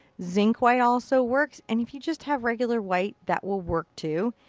zinc white also works, and if you just have regular white, that will work too.